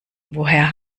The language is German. woher